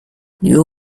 you